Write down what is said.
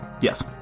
Yes